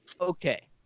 Okay